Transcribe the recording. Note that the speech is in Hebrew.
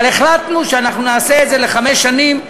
אבל החלטנו שאנחנו נעשה את זה לחמש שנים,